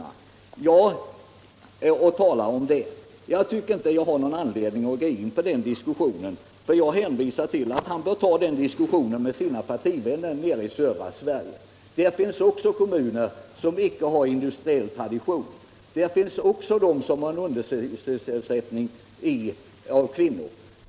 Han tar nu återigen upp den saken. Jag tycker inte jag har någon anledning att gå in på den diskussionen. Jag har redan sagt att herr Olsson får föra den med sina partivänner i södra Sverige. Där finns också kommuner som icke har industriell tradition och en undersysselsättning av kvinnor.